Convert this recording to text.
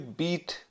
beat